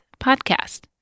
podcast